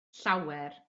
llawer